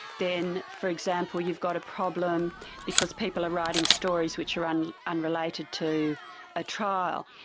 then, for example, you've got a problem because people are writing stories which are and unrelated to a trial.